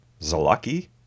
Zalaki